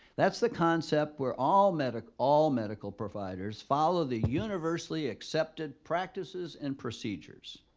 that's the concept where all medical all medical providers follow the universally accepted practices and procedures.